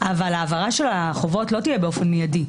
אבל העברה של החובות לא תהיה באופן מידי.